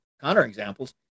counter-examples